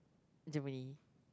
Germany